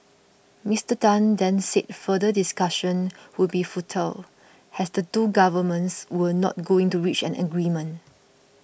Mister Tan then said further discussion would be futile has the two governments were not going to reach an agreement